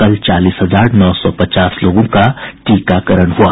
कल चालीस हजार नौ सौ पचास लोगों को टीकाकरण हुआ